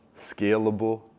scalable